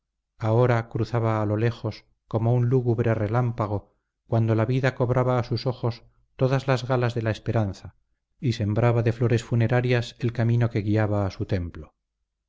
ahora cruzaba a lo lejos como un lúgubre relámpago cuando la vida cobraba a sus ojos todas las galas de la esperanza y sembraba de flores funerarias el camino que guiaba a su templo